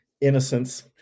innocence